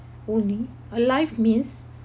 only alive means